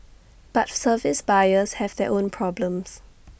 but service buyers have their own problems